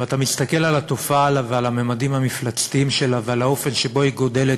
ואתה מסתכל על התופעה ועל הממדים המפלצתיים שלה ועל האופן שבו היא גדלה,